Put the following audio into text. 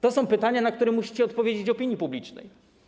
To są pytania, na które musicie odpowiedzieć opinii publicznej.